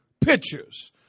pictures